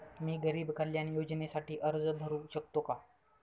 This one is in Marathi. मी गरीब कल्याण योजनेसाठी अर्ज भरू शकतो का?